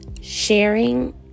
sharing